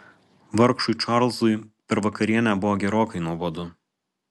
vargšui čarlzui per vakarienę buvo gerokai nuobodu